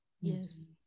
yes